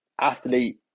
athlete